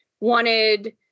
wanted